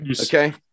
Okay